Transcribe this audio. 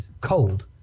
cold